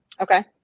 okay